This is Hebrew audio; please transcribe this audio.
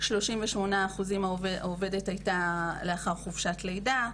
כ-38% מהמקרים העובדת הייתה לאחר חופשת לידה,